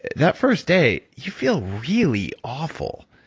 that first day, you feel really awful.